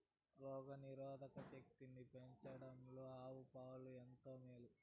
రోగ నిరోధక శక్తిని పెంచడంలో ఆవు పాలు ఎంతో మేలు